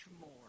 more